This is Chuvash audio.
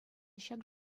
ҫак